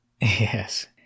Yes